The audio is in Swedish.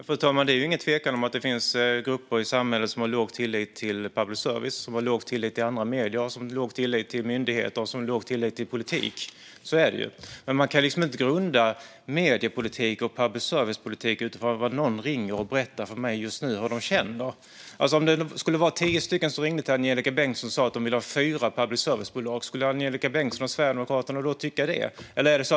Fru talman! Det är ingen tvekan om att det finns grupper i samhället som har låg tillit till public service, andra medier, myndigheter och politik. Så är det ju. Men man kan inte grunda mediepolitik och public service-politik på vad någon ringer och berättar om hur de känner just nu. Om tio personer skulle ringa till Angelika Bengtsson och säga att de vill ha fyra public service-bolag, skulle Angelika Bengtsson och Sverigedemokraterna då tycka att det skulle vara så?